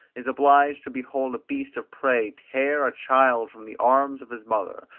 is obliged to behold a beast of prey tear a child from the arms of his mother,